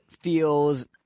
feels